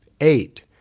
Eight